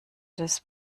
des